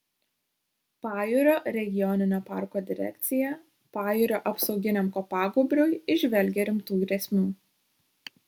pajūrio regioninio parko direkcija pajūrio apsauginiam kopagūbriui įžvelgia rimtų grėsmių